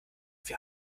vier